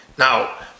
Now